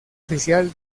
oficial